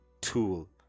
tool